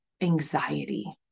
anxiety